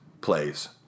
plays